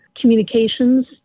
communications